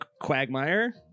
quagmire